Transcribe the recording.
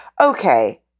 okay